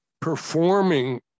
performing